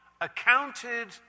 accounted